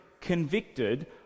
convicted